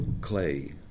clay